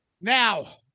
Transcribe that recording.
Now